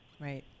right